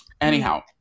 Anyhow